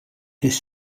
his